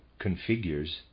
configures